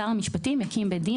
שר המשפטים יקים בית דין,